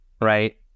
right